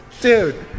Dude